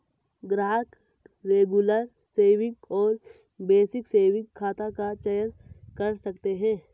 ग्राहक regular saving और basic saving खाता का चयन कर सकते है